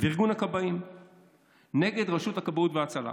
וארגון הכבאים נגד רשות הכבאות וההצלה.